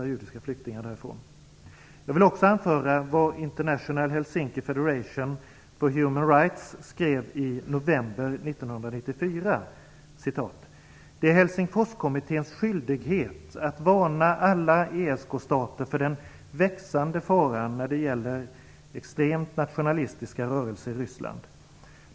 Jag vill också anföra vad International Helsinki "Det är Helsingforskommittéens skyldighet att varna alla ESK-stater för den växande faran när det gäller extremt nationalistiska rörelser i Ryssland.